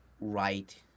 right